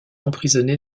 emprisonné